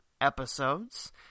episodes